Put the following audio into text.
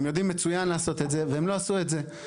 הם יודעים מצוין לעשות את זה והם לא עשו את זה.